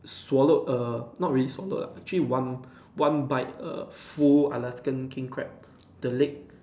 swallowed err not really swallowed lah actually one one bite a full Alaskan king crab the leg